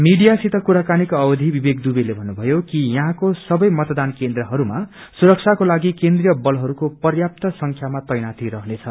मीडियासित कुराकानीको अवयि विवेक दुबेले भन्नुभयो कि यहाँको सबै मतदान केन्द्रहरूमा सुरक्षाकोलागि केन्द्रीय बलहरूको पर्यात्त संख्यामा तैनाथी रहनेछ